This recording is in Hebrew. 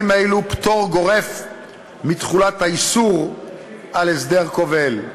אלו פטור גורף מתחולת האיסור על הסדר כובל.